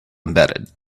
embedded